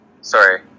Sorry